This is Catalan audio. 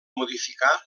modificar